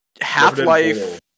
half-life